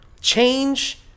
change